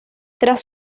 tras